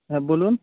হ্যাঁ বলুন